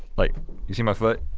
like you see my foot?